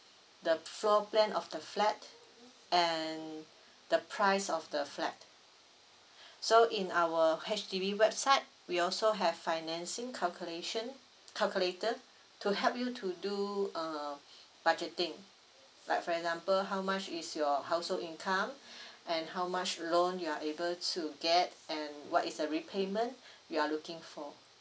the floor plan of the flat and the price of the flat so in our H_D_B website we also have financing calculation calculator to help you to do uh budgeting like for example how much is your household income and how much loan you're able to get and what is a repayment you're looking for